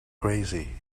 crazy